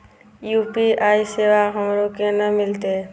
UPI सेवा हमरो केना मिलते?